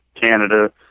Canada